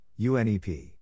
UNEP